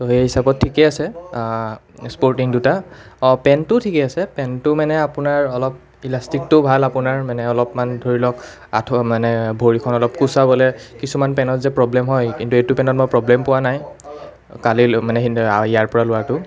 তো সেই হিচাপত ঠিকে আছে স্পৰ্টিং দুটা অঁ পেণ্টটোও ঠিকে আছে পেণ্টটো মানে আপোনাৰ অলপ ইলাষ্টিকটো ভাল আপোনাৰ মানে অলপমান ধৰি লওঁক আঠু মানে ভৰিখন অলপ কোঁচাবলে কিছুমান পেনত যে প্ৰব্লেম হয় কিন্তু এইটো পেনত মই প্ৰব্লেম পোৱা নাই কালি লো মানে সিদিনা মানে ইয়াৰ পৰা লোৱাটো